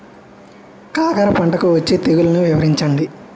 కాకర పంటలో వచ్చే తెగుళ్లను వివరించండి?